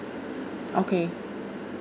okay